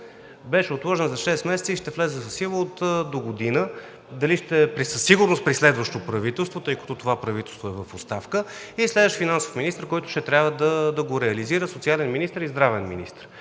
Беше отложен за шест месеца и ще влезе в сила от догодина, със сигурност при следващо правителство, тъй като това правителство е в оставка, и следващ финансов министър, който ще трябва да го реализира, социален министър и здравен министър.